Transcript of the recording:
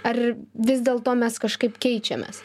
ar vis dėlto mes kažkaip keičiamės